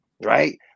right